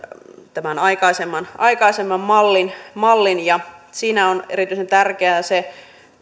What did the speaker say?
tämän aikaisemman aikaisemman mallin mallin ja siinä on erityisen tärkeää